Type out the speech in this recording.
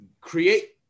create